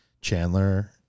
chandler